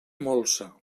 molsa